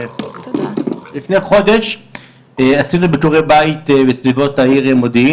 לפני חודש עשינו ביקורי בית בסביבות העיר מודיעין.